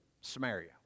Samaria